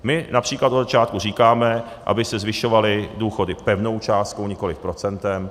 My například od začátku říkáme, aby se zvyšovaly důchody pevnou částkou, nikoliv procentem.